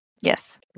Yes